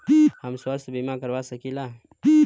हम स्वास्थ्य बीमा करवा सकी ला?